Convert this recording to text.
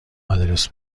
آدرس